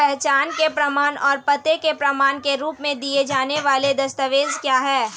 पहचान के प्रमाण और पते के प्रमाण के रूप में दिए जाने वाले दस्तावेज क्या हैं?